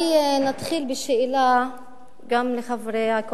ריבלין: תודה רבה לשר החינוך.